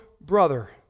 brother